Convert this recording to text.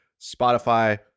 Spotify